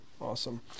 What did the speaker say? awesome